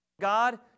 God